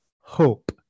hope